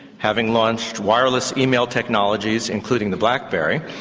having launched wireless email technologies including the blackberry,